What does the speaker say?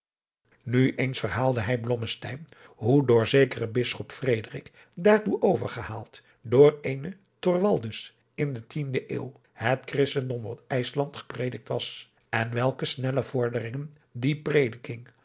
nu eens verhaalde hij blommesteyn hoe door zekeren bisschop frederik daartoe overgehaald door eenen thorwaldus in de tiende eeuw het christendom op ijsland gepredikt was en welke snelle vorderingen die prediking